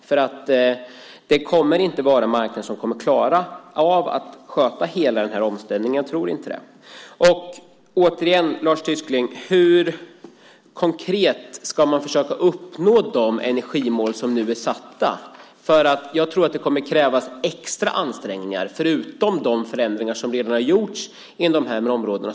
Marknaden kommer inte att klara av att sköta hela den här omställningen. Jag tror inte det. Hur ska man konkret försöka uppnå de energimål som nu är satta? Jag tror att det kommer att krävas extra ansträngningar, förutom de förändringar som redan har gjorts på de här områdena.